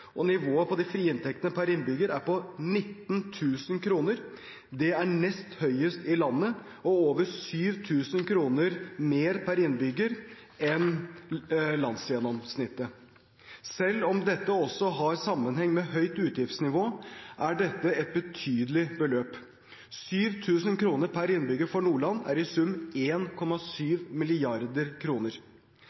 og nivået på de frie inntektene per innbygger er på 19 000 kr. Det er nest høyest i landet og over 7 000 kr mer per innbygger enn landsgjennomsnittet. Selv om dette også har sammenheng med et høyt utgiftsnivå, er dette et betydelig beløp. 7 000 kr per innbygger for Nordland er i sum